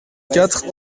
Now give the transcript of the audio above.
quatre